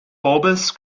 bulbous